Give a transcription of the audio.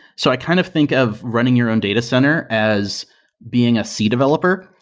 so i kind of think of running your own data center as being a c developer.